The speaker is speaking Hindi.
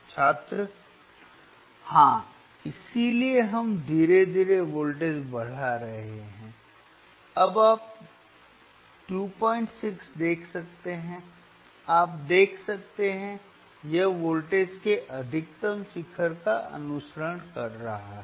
छात्र Refer Time 1419 हाँ इसलिए अब हम धीरे धीरे वोल्टेज बढ़ा रहे हैं आप अब 26 देख सकते हैं आप देख सकते हैं यह वोल्टेज के अधिकतम शिखर का अनुसरण कर रहा है